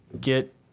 get